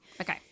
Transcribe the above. Okay